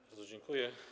Bardzo dziękuję.